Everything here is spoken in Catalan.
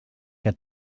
que